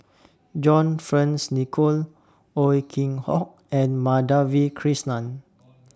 John Fearns Nicoll Ow Hock and Madhavi Krishnan